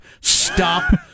Stop